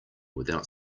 without